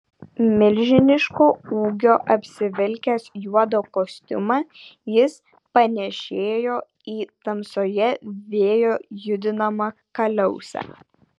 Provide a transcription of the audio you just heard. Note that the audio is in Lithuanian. milžiniško ūgio apsivilkęs juodą kostiumą jis panėšėjo į tamsoje vėjo judinamą kaliausę